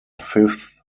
fifth